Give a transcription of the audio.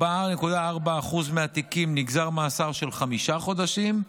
ב-4.4% מהתיקים נגזר מאסר של חמישה חודשים,